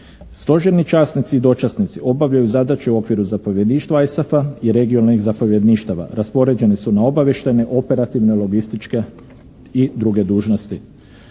Stožerni časnici i dočasnici obavljaju zadaću u okviru zapovjedništva ISAF-a i regionalnih zapovjedništava. Raspoređeni su na obavještajne, operativne, logističke i druge dužnosti.